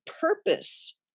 purpose